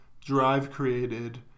drive-created